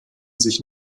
sich